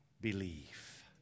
believe